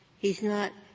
he's not,